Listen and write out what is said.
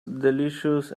delicious